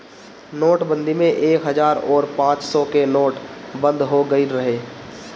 नोटबंदी में एक हजार अउरी पांच सौ के नोट बंद हो गईल रहे